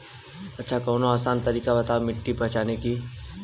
अच्छा कवनो आसान तरीका बतावा मिट्टी पहचाने की?